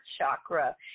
chakra